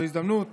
זו הזדמנות